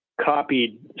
copied